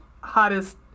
hottest